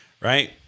right